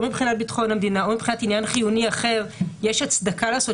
או מבחינת ביטחון המדינה או מבחינת עניין חיוני אחר יש הצדקה לעשות